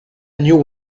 new